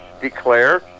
Declare